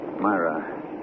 Myra